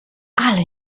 ale